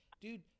dude